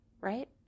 Right